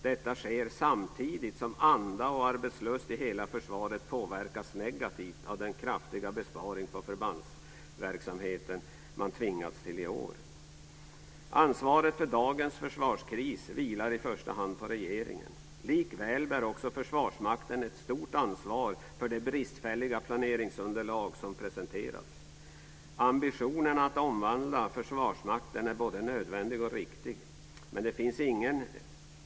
Detta sker samtidigt som anda och arbetslust i hela försvaret påverkas negativt av den kraftiga besparing på förbandsverksamheten som man tvingats till i år. Ansvaret för dagens försvarskris vilar i första hand på regeringen. Likväl bär också Försvarsmakten ett stort ansvar för det bristfälliga planeringsunderlag som presenterats. Ambitionen att omvandla Försvarsmakten är både nödvändig och riktig.